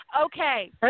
Okay